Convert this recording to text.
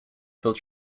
fill